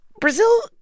Brazil